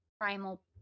primal